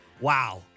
Wow